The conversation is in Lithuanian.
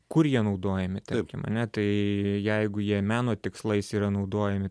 kur jie naudojami tarkim ane tai jeigu jie meno tikslais yra naudojami